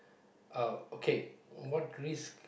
uh okay what risk